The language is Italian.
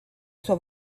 sua